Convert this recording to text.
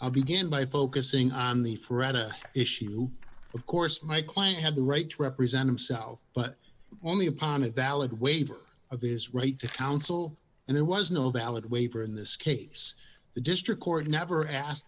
i began by focusing on the friend issue of course my client had the right to represent himself but only upon a valid waiver of his right to counsel and there was no valid waiver in this case the district court never asked